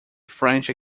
french